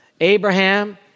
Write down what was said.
Abraham